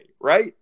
right